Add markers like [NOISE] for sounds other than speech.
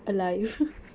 alive [LAUGHS]